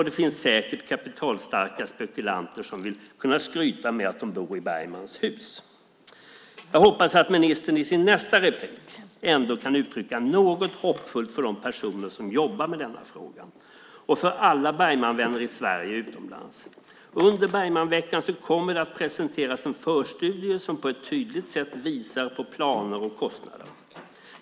Det finns säkert kapitalstarka spekulanter som vill kunna skryta med att de bor i Bergmans hus. Jag hoppas att ministern i sitt nästa inlägg ändå kan uttrycka något hoppfullt för de personer som jobbar med denna fråga och för alla Bergmanvänner i Sverige och utomlands. Under Bergmanveckan kommer det att presenteras en förstudie som på ett tydligt sätt visar på planer och kostnader.